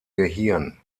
gehirn